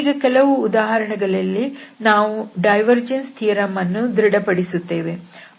ಈಗ ಕೆಲವು ಉದಾಹರಣೆಗಳಲ್ಲಿ ನಾವು ಡೈವರ್ಜೆನ್ಸ್ ಥಿಯರಂ ಅನ್ನು ಧೃಡ ಪಡಿಸುತ್ತೇವೆ